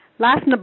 Last